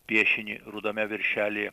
piešinį rudame viršelyje